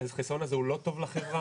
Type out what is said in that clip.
החיסיון הזה, הוא לא טוב לחברה